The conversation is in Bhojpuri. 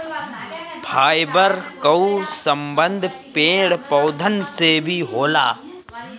फाइबर कअ संबंध पेड़ पौधन से भी होला